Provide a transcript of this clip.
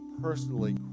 personally